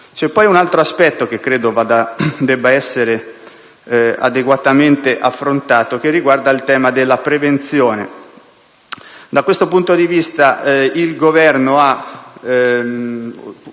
C'è poi un altro aspetto che credo debba essere adeguatamente affrontato, e riguarda il tema della prevenzione. Da questo punto di vista, il Governo ha